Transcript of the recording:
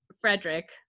Frederick